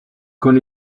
con